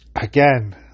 again